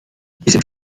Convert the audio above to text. diesen